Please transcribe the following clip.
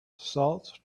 salt